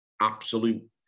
absolute